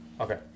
Okay